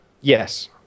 Yes